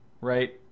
right